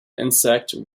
insect